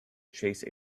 chase